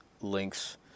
links